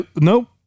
Nope